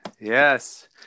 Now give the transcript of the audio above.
Yes